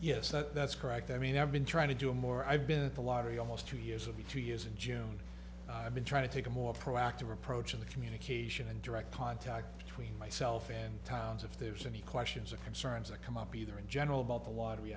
yes that's correct i mean i've been trying to do more i've been at the lottery almost two years of the two years in june i've been trying to take a more proactive approach in the communication and direct contact between myself and tiles if there's any questions or concerns that come up either in general about the